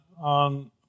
on